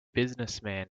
businessman